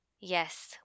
Yes